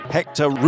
Hector